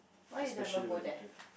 especially wagyu beef